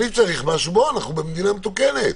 אנחנו במדינה מתוקנת.